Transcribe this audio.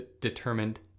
determined